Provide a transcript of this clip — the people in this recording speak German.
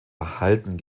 erhalten